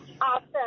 Awesome